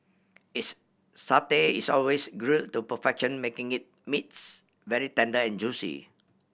its satay is always grille to perfection making it meats very tender and juicy